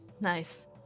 Nice